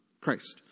Christ